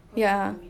yeah